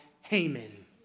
Haman